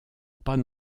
pas